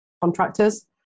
contractors